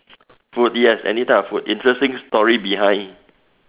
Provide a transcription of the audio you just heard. food yes any type of food yes interesting story behind